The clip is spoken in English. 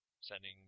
sending